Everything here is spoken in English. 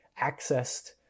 accessed